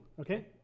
okay